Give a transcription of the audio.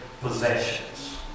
possessions